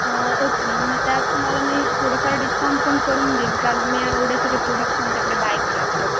okay मं मग त्यात तुम्हाला मी थोडंफार डिस्काउंट पण करून देईल कारण तुम्ही एवढे सगळे प्रोडक्ट्स आमच्याकडे बाय केलात तर